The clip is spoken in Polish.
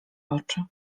oczy